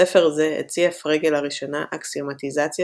בספר זה הציע פרגה לראשונה אקסיומטיזציה